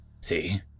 See